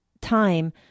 time